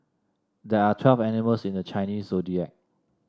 there are twelve animals in the Chinese Zodiac